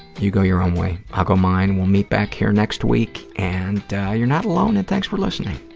you go your own way. i'll go mine. we'll meet back here next week. and you're not alone, and thanks for listening.